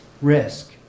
risk